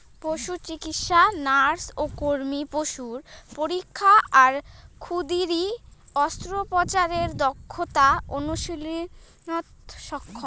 পশুচিকিৎসা nurse ও কর্মী পশুর পরীক্ষা আর ক্ষুদিরী অস্ত্রোপচারের দক্ষতা অনুশীলনত সক্ষম